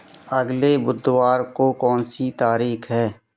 अगले बुधवार को कौन सी तारीख है